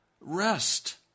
rest